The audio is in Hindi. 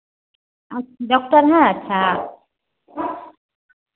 डॉक्टर है अच्छा